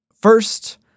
First